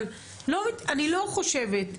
אבל אני לא חושבת,